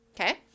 okay